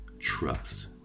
trust